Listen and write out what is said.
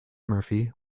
murphy